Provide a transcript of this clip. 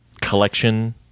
collection